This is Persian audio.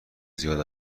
زیاد